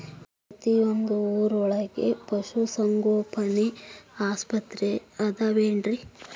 ಪ್ರತಿಯೊಂದು ಊರೊಳಗೆ ಪಶುಸಂಗೋಪನೆ ಆಸ್ಪತ್ರೆ ಅದವೇನ್ರಿ?